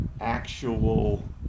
actual